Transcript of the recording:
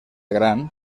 gran